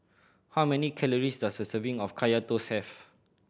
how many calories does a serving of Kaya Toast have